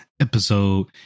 episode